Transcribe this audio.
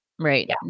Right